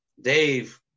Dave